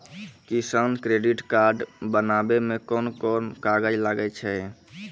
किसान credit card बनाबै मे कोन कोन कागज लागै छै?